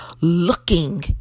looking